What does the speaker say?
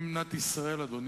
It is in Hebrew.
הזה?